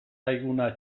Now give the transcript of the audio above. zaiguna